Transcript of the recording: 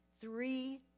Three